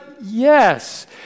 Yes